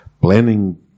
planning